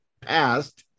past